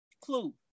clue